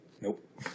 Nope